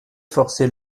forcer